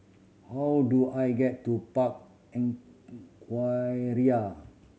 how do I get to Park in